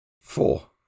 Four